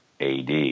AD